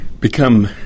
become